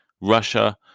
Russia